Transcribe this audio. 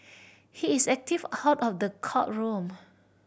he is active out of the courtroom